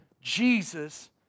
Jesus